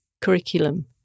curriculum